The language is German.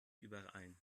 überein